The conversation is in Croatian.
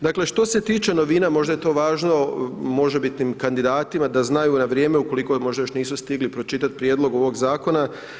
Dakle, što se tiče novina, možda je to važno možebitnim kandidatima da znaju na vrijeme ukoliko je, možda još nisu stigli pročitati prijedlog ovog zakona.